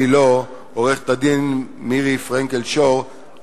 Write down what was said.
לעורכת-הדין מירי פרנקל-שור,